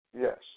Yes